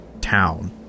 town